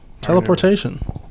teleportation